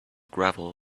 gravel